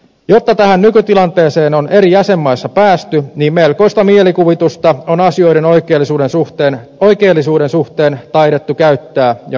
jotta tähän nykytilanteeseen on eri jäsenmaissa päästy niin melkoista mielikuvitusta on asioiden oikeellisuuden suhteen taidettu käyttää jo nytkin